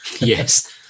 Yes